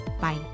Bye